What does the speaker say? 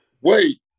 wait